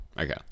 Okay